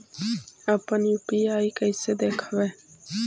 अपन यु.पी.आई कैसे देखबै?